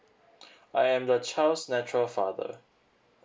I'm the child's natural father